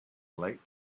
light